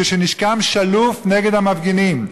כשנשקם שלוף נגד המפגינים.